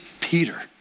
Peter